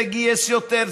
זה גייס יותר,